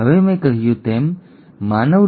હવે મેં તમને કહ્યું તેમ માનવ ડી